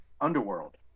Underworld